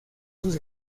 sus